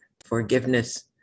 forgiveness